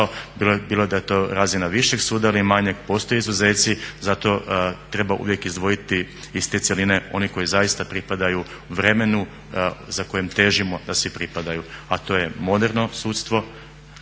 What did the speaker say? bilo da je to razina višeg suda ili manjeg, postoje izuzeci. Zato treba uvijek izdvojiti iz te cjeline one koji zaista pripadaju vremenu za kojem težimo da svi pripadaju, a to je moderno sudstvo,